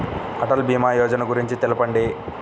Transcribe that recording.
అటల్ భీమా యోజన గురించి తెలుపండి?